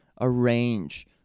arrange